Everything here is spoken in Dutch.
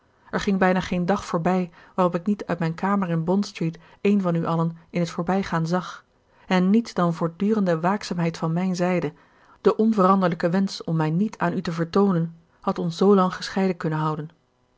er ging bijna geen dag voorbij waarop ik niet uit mijn kamer in bond street een van u allen in t voorbijgaan zag en niets dan voortdurende waakzaamheid van mijne zijde de onveranderlijke wensch om mij niet aan u te vertoonen had ons zoolang gescheiden kunnen houden